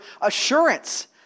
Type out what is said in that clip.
assurance